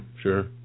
Sure